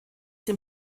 dem